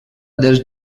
dels